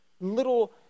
little